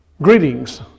Greetings